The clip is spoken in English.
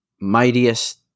mightiest